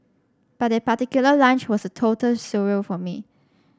but that particular lunch was a total surreal for me